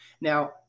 now